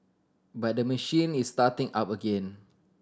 but the machine is starting up again